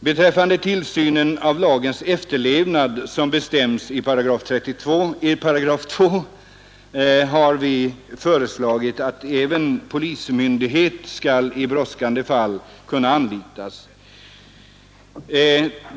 Beträffande tillsynen av lagens efterlevnad som bestäms i 2 § har vi föreslagit att även polismyndighet i brådskande fall skall kunna anlitas.